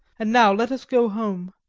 and now let us go home.